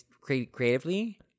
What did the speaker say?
creatively